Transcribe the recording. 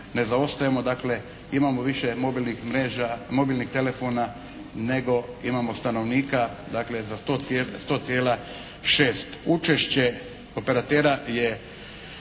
ne zaostajemo. Dakle, imamo više mobilnih mreža, mobilnih telefona nego imamo stanovnika. Dakle, za 100,6. Učešće operatera je